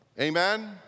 Amen